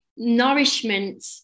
nourishment